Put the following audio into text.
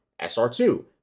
SR2